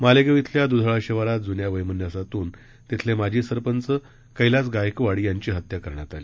मालेगांव येथील द्धाळा शिवारात जुन्या वैमनस्यातून इथले माजी सरपंच कैलास गायकवाड यांची हत्या करण्यात आली